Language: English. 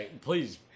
please